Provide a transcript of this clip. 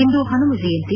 ಇಂದು ಪನುಮ ಜಯಂತಿ